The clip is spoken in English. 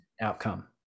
outcome